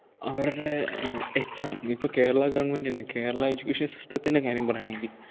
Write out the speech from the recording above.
അവരുടെ എക്സാം ഇപ്പം കേരള ഗവൺമെൻറ്റിൻറ്റെ കേരള എജ്യൂക്കേഷൻ സിസ്റ്റത്തിൻറ്റെ കാര്യം പറയുകയാണെങ്കിൽ